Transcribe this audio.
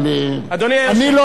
ואוצר המלים,